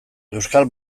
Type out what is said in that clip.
euskal